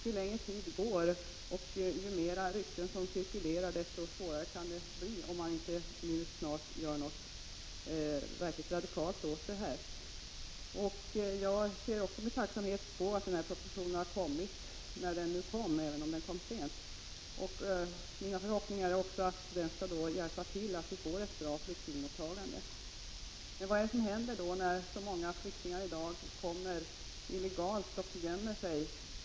Ju längre tiden går och ju fler rykten som cirkulerar, desto svårare kan läget bli, om man inte gör något verkligt radikalt på detta område. Också jag ser med tacksamhet på det förhållandet att vi nu fått en proposition om dessa frågor, även om den kom sent. Min förhoppning är också att den skall hjälpa till så att vi får ett bra flyktingmottagande. Men vad är det som händer, när så många flyktingar kommer illegalt och gömmer sig?